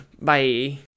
Bye